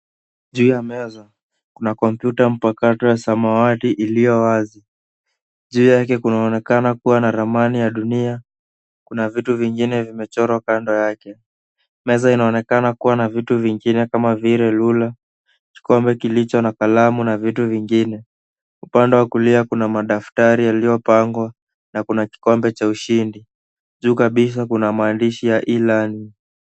Juu ya meza, kuna kompyuta mpakato ya samawati iliyo wazi. Juu yake kunaonekana kuwa na ramani ya dunia. Kuna vitu vingine vimechorwa kando yake. Meza inaonekana kuwa na vitu vingine kama vile rula, kikombe kilicho na kalamu na vitu vingine. Upande wa kulia kuna madaftari yaliyopangwa na kuna kikombe cha ushindi. Juu kabisa kuna maandishi ya ilani.